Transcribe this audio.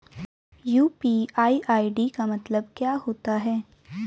UPI ID का मतलब क्या होता है?